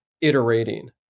iterating